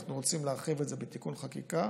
אנחנו רוצים להרחיב את זה בתיקון חקיקה